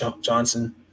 Johnson